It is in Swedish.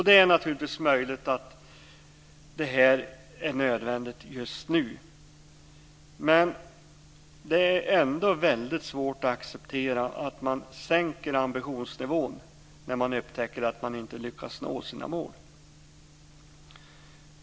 Det är naturligtvis möjligt att det är nödvändigt just nu, men det är ändå väldigt svårt att acceptera att man sänker ambitionsnivån när man upptäcker att man inte lyckas nå sina mål.